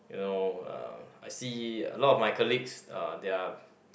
you know uh I see a lot of my colleagues uh they are